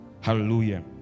Hallelujah